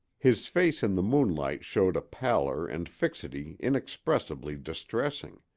his face in the moonlight showed a pallor and fixity inexpressibly distressing.